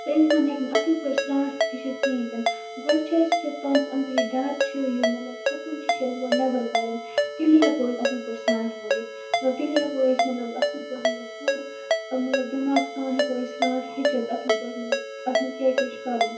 سُہ اِنسان ہیٚکہِ نہٕ اَصٕل پٲٹھۍ سرانٹھ ہیٚچھِتھ کِہینۍ تہِ نہٕ گۄڈٕ چھُ اَسہِ یُس اَسہِ پانَس أندٔرۍ کِنۍ ڈر چھُ یہ مطلب کھۄژُن چھُ یہِ چھُ اََسہِ گۄڈٕنیٚتھ نیبر کَڑُن کٕلیر پٲٹھۍ اَصٕل پٲٹھۍ سرانٹھ وٲیِتھ تیٚلہِ ہیٚکَو أسۍ مطلب اَصٕل پٲٹھۍ مطلب پوٗرٕ مطلب دٮ۪ماغ سان ہیٚکَو أسۍ سرانٹھ ہٮ۪چھِتھ اَصٕل پٲٹھۍ مطلب اَتھ منٛز کیاہ کیاہ چھُ کَرُن